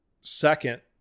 second